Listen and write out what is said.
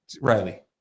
Riley